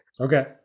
Okay